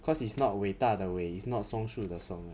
cause it's not 伟大的伟 is not 松树的松